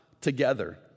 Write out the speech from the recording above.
together